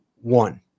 one